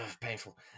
painful